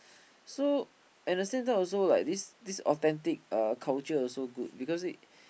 so at the same time also like this this authentic uh culture also good because it